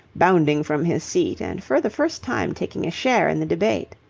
bounding from his seat and for the first time taking a share in the debate.